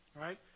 right